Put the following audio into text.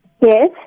Yes